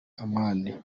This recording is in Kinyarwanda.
amande